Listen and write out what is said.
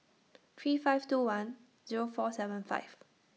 three five two one Zero four seven five